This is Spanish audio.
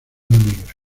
negra